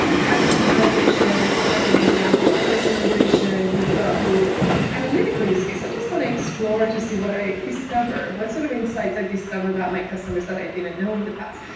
um price optimizations as an example or personalization. you've got your analytical use case. so i just want to explore to see what i discover. what sort of insights i discover about my customers that i didn't know in the past?